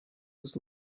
was